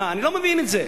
אני לא מבין את זה.